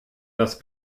das